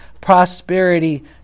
prosperity